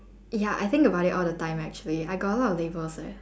ya I think about it all the time actually I got a lot of labels eh